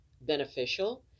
beneficial